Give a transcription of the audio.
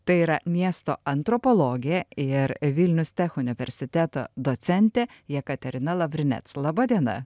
tai yra miesto antropologė ir vilnius tech universiteto docentė jekaterina lavrinec laba diena